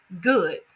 Good